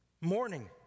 Morning